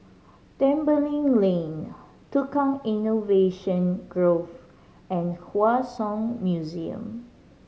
Tembeling Lane Tukang Innovation Grove and Hua Song Museum